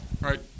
right